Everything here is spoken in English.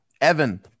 Evan